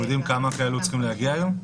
אנחנו יודעים כמה כאלו צריכים להגיע היום?